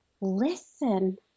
listen